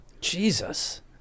Jesus